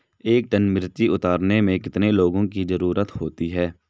एक टन मिर्ची उतारने में कितने लोगों की ज़रुरत होती है?